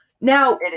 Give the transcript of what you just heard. Now